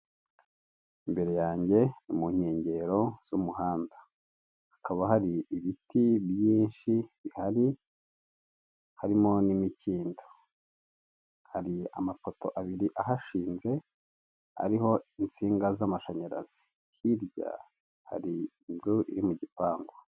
Imbere yanjye ni munkengero z'umuhanda, hakaba hari ibiti byinshi bihari, harimo n'imikindo. Hari amapoto abiri ahashinze, ariho insinga z'amashanyarazi. Hirya hari inzu iri mu gipangu.